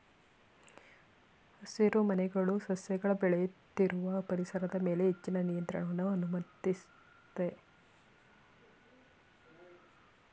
ಹಸಿರುಮನೆಗಳು ಸಸ್ಯಗಳ ಬೆಳೆಯುತ್ತಿರುವ ಪರಿಸರದ ಮೇಲೆ ಹೆಚ್ಚಿನ ನಿಯಂತ್ರಣವನ್ನು ಅನುಮತಿಸ್ತದೆ